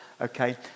Okay